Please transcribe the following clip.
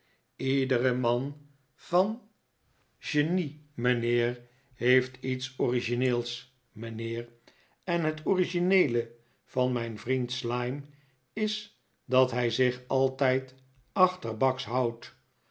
iedere man van genie mijnheer heeft iets origineels mijnheer en het origineele van mijn vriend slyme is dat hij zich altijd achterbaks houdt